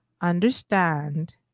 understand